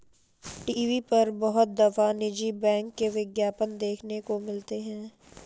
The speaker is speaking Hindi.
टी.वी पर बहुत दफा निजी बैंक के विज्ञापन देखने को मिलते हैं